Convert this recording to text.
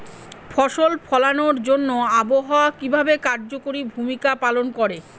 ফসল ফলানোর জন্য আবহাওয়া কিভাবে কার্যকরী ভূমিকা পালন করে?